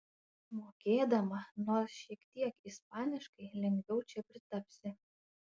mokėdama nors šiek tiek ispaniškai lengviau čia pritapsi